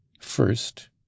first